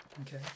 Okay